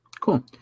Cool